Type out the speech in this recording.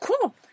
Cool